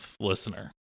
listener